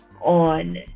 on